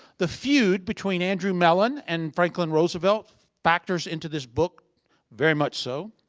the feud between andrew mellon and franklin roosevelt factors into this book very much so.